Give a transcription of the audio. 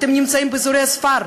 אתם נמצאים באזורי הספר.